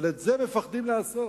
אבל את זה מפחדים לעשות